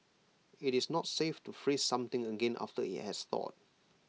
IT is not safe to freeze something again after IT has thawed